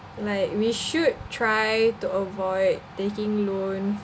like we should try to avoid taking loan